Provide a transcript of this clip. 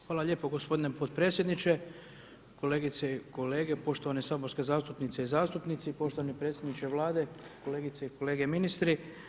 Hvala lijepo gospodine podpredsjedniče, kolegice i kolege, poštovane saborske zastupnice i zastupnici, poštovani predsjedniče Vlade, kolegice i kolege ministri.